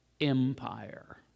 empire